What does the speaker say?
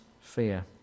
fear